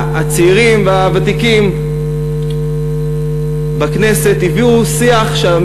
הצעירים והוותיקים בכנסת הביאו שיח שבו